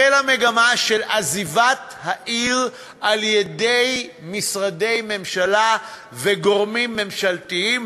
החלה מגמה של עזיבת העיר על-ידי משרדי ממשלה וגורמים ממשלתיים,